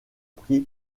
prix